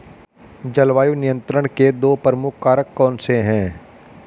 जलवायु नियंत्रण के दो प्रमुख कारक कौन से हैं?